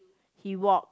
he walked